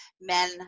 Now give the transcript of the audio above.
Men